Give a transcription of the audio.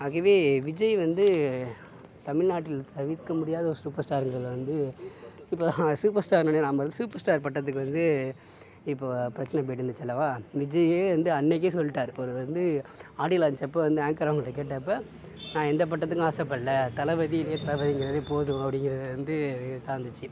ஆகவே விஜய் வந்து தமிழ்நாட்டில் தவிர்க்க முடியாத ஒரு சூப்பர் ஸ்டாருங்கிறதுல வந்து இப்போ சூப்பர் ஸ்டாருன உடனே ஞாபகம் வருது சூப்பர் ஸ்டார் பட்டத்துக்கு வந்து இப்போ பிரச்சனை போயிகிட்டிருந்துச்சல்லவா விஜயே வந்து அன்றைக்கே சொல்லிட்டாரு ஒரு வந்து ஆடியோ லான்ச் அப்போ வந்து ஆங்கர் அவங்கள்கிட்ட கேட்டப்போ நான் எந்த பட்டத்துக்கும் ஆசைப்படலை தளபதி இளைய தளபதிங்கிறதே போதும் அப்படிங்கிறதை வந்து இதாக இருந்துச்சு